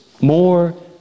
more